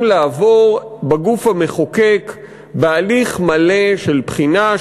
לעבור בגוף המחוקק בהליך מלא של בחינה,